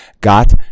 got